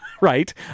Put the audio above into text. right